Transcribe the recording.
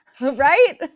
Right